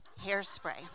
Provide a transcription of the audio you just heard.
hairspray